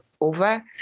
over